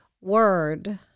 word